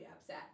upset